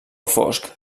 fosc